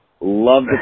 Love